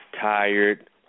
tired